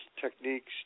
techniques